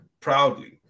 proudly